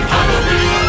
Halloween